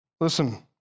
Listen